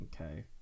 Okay